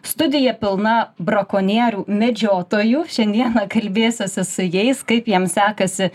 studija pilna brakonierių medžiotojų šiandieną kalbėsiuosi su jais kaip jiem sekasi